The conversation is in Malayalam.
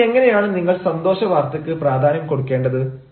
ഇനി എങ്ങനെയാണ് നിങ്ങൾ സന്തോഷ വാർത്തക്ക് പ്രാധാന്യം കൊടുക്കേണ്ടത്